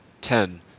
ten